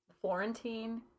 Florentine